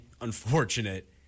unfortunate